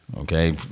Okay